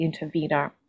intervener